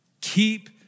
Keep